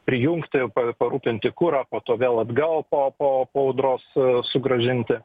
prijungti parūpinti kuro po to vėl atgal po po po audros sugrąžinti